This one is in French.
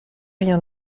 rien